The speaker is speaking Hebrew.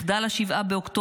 מחדל 7 באוקטובר,